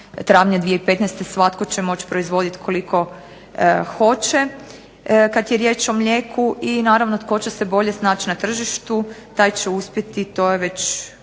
travnja 2015. svatko će moći proizvoditi koliko hoće kad je riječ o mlijeku. I naravno tko će se bolje snaći na tržištu, taj će uspjeti, to je već